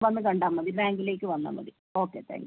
വന്ന് കണ്ടാൽ മതി ബാങ്കിലേക്ക് വന്നാൽ മതി ഓക്കെ താങ്ക്യൂ